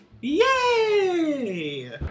Yay